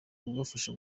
kubafasha